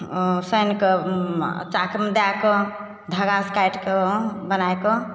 सानि कऽ चाकमे दए कऽ धागासँ काटि कऽ बनाइ कऽ